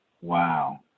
Wow